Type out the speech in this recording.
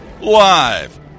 live